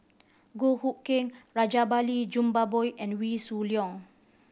Goh Hood Keng Rajabali Jumabhoy and Wee Shoo Leong